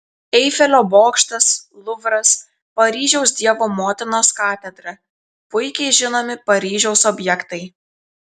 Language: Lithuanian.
eifelio bokštas luvras paryžiaus dievo motinos katedra puikiai žinomi paryžiaus objektai